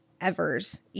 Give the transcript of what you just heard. Evers